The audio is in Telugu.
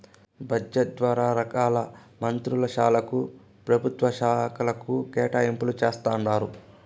బడ్జెట్ ద్వారా రకాల మంత్రుల శాలకు, పెభుత్వ శాకలకు కేటాయింపులు జేస్తండారు